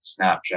Snapchat